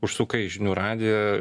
užsukai į žinių radiją